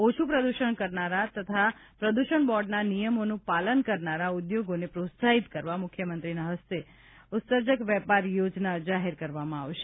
ઓછૂં પ્રદૂષણ કરનારા તથા પ્રદૂષણ બોર્ડના નિયમોનું પાલન કરનારા ઉદ્યોગોને પ્રોત્સાહિત કરવા મુખ્યમંત્રીના હસ્તે ઉત્સર્જક વેપાર યોજના જાહેર કરવામાં આવશે